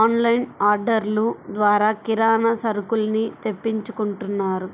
on line ఆర్డర్లు ద్వారా కిరానా సరుకుల్ని తెప్పించుకుంటున్నారు